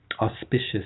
auspicious